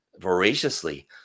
voraciously